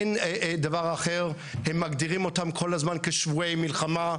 הם מגדירים אותם כל הזמן כשבויי מלחמה,